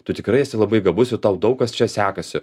tu tikrai esi labai gabus ir tau daug kas čia sekasi